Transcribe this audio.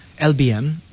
LBM